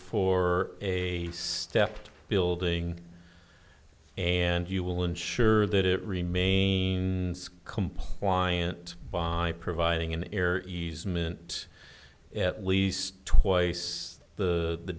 for a stepped building and you will ensure that it remain compliant by providing an air easement at least twice the